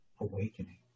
awakening